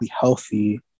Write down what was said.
healthy